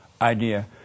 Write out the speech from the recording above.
idea